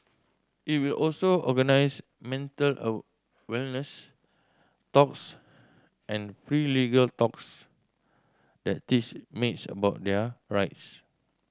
it will also organise mental a wellness talks and free legal talks that teach maids about their rights